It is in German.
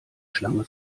schlange